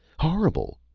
horrible!